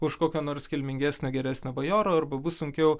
už kokio nors kilmingesnio geresnio bajoro arba bus sunkiau